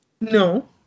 No